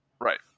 Right